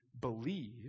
believe